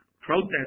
protest